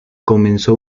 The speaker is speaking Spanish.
comenzó